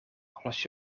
als